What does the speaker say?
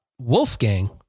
Wolfgang